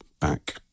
back